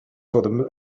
for